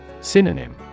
Synonym